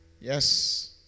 Yes